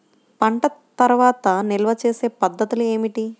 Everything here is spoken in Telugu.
పంట తర్వాత నిల్వ చేసే పద్ధతులు ఏమిటి?